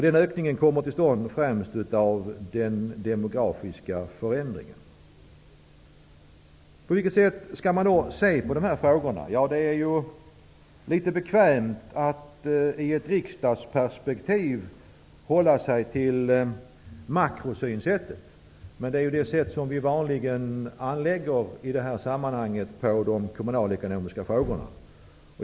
Den ökningen kommer till stånd främst på grund av den demografiska förändringen. På vilket sätt skall man se på dessa frågor? Det är litet bekvämt att i ett riksdagsperspektiv hålla sig till makrosynsättet. Det är det sätt som vi i detta sammanhang vanligen anlägger på de kommunalekonomiska frågorna.